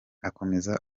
akomeza